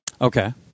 Okay